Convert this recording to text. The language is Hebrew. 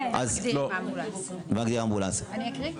אני אקריא?